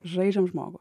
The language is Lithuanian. žaidžiam žmogų